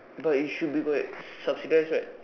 but it should be by subsidized right